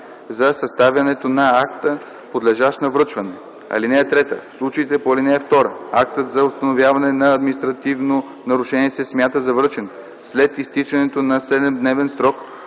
за съставянето на акта, подлежащ на връчване. (3) В случаите по ал. 2 актът за установяване на административно нарушение се смята за връчен след изтичане на 7-дневен срок